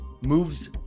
moves